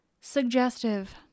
Suggestive